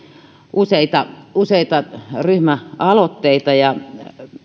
useita useita ryhmäaloitteita ja